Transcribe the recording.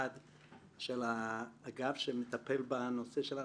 הוא חל, פרט למוסדות הפטור.